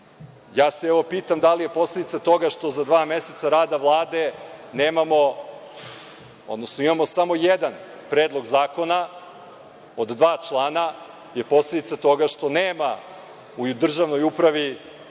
se, evo, pitam da li je posledica toga što za dva meseca rada Vlade imamo samo jedan predlog zakona, od dva člana, je posledica toga što nema u državnoj upravi,